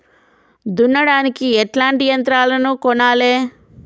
దున్నడానికి ఎట్లాంటి యంత్రాలను కొనాలే?